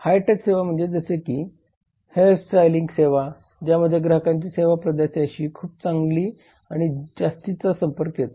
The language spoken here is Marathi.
हाय टच सेवा म्हणजे जसे की हेअर स्टाईलिंग सेवा ज्यामध्ये ग्राहकाचा सेवा प्रदात्याशी खूप जास्तीचा संपर्क असतो